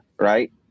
right